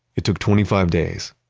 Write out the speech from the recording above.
it took twenty five days,